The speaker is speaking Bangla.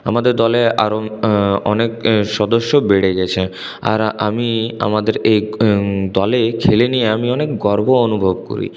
আমাদের দলে আরও অনেক সদস্য বেড়ে গিয়েছে আর আমি আমাদের এই দলে খেলে নিয়ে আমি অনেক গর্ব অনুভব করি